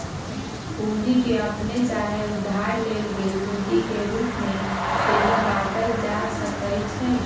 पूंजी के अप्पने चाहे उधार लेल गेल पूंजी के रूप में सेहो बाटल जा सकइ छइ